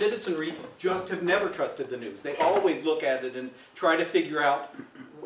citizenry just have never trusted the news they always look at it and trying to figure out